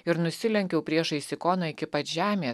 ir nusilenkiau priešais ikoną iki pat žemės